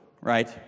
right